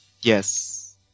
yes